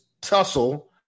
tussle